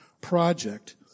Project